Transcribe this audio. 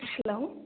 hello